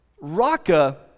raka